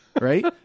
right